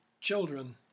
children